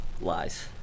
lies